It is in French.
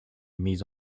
mise